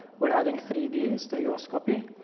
we're adding three d stereoscopy.